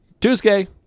Tuesday